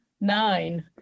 nine